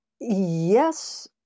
yes